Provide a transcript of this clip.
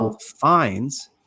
fines